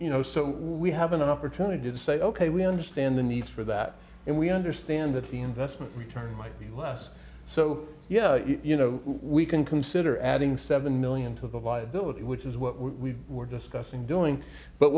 you know so we have an opportunity to say ok we understand the need for that and we understand that the investment return might be less so yeah you know we can consider adding seven million to the viability which is what we were discussing doing but